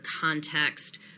context